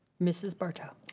mrs. barto.